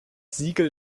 siegel